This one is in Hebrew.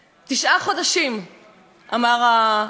אמרה ההצעה, בואו נבנה